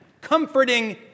comforting